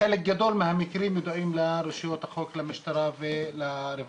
חלק גדול מהמקרים ידועים לרשויות החוק ולמשטרה ולרווחה,